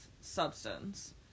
substance